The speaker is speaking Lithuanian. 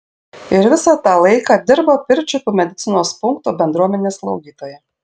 ir visą tą laiką dirba pirčiupių medicinos punkto bendruomenės slaugytoja